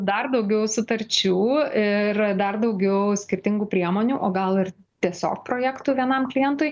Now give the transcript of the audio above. dar daugiau sutarčių ir dar daugiau skirtingų priemonių o gal ir tiesiog projektų vienam klientui